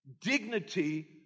dignity